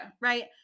right